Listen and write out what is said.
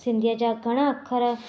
सिंधीअ जा घणा अखर